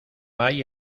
hay